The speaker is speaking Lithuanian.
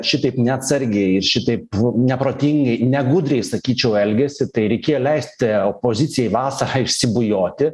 šitaip neatsargiai šitaip neprotingai negudriai sakyčiau elgiasi tai reikėjo leisti opozicijai vasarą išsibujoti